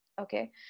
okay